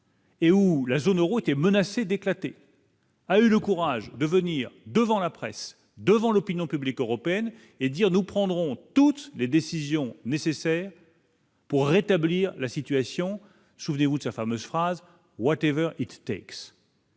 Et où la zone Euro était menacée d'éclater. A eu le courage de venir devant la presse, devant l'opinion publique européenne et dire : nous prendrons toutes les décisions nécessaires. Pour rétablir la situation, souvenez-vous de sa fameuse phrase : Whatever It Tex.